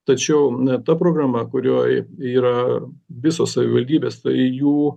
tačiau ta programa kurioj yra visos savivaldybės tai jų